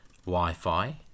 Wi-Fi